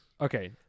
okay